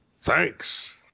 Thanks